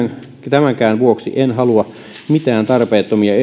tämänkään vuoksi en halua mitään tarpeettomia